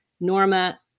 Norma